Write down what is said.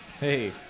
Hey